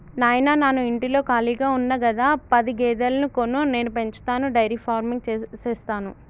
నాయిన నాను ఇంటిలో కాళిగా ఉన్న గదా పది గేదెలను కొను నేను పెంచతాను డైరీ ఫార్మింగ్ సేస్తాను